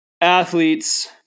athletes